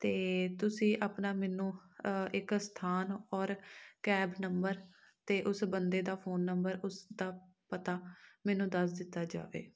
ਅਤੇ ਤੁਸੀਂ ਆਪਣਾ ਮੈਨੂੰ ਇੱਕ ਸਥਾਨ ਔਰ ਕੈਬ ਨੰਬਰ ਅਤੇ ਉਸ ਬੰਦੇ ਦਾ ਫੋਨ ਨੰਬਰ ਉਸਦਾ ਪਤਾ ਮੈਨੂੰ ਦੱਸ ਦਿੱਤਾ ਜਾਵੇ